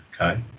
Okay